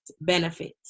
benefits